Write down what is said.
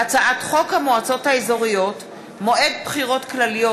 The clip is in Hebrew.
והצעת חוק המועצות האזוריות (מועד בחירות כלליות)